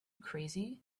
crazy